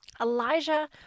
Elijah